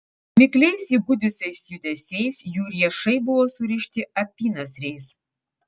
mikliais įgudusiais judesiais jų riešai buvo surišti apynasriais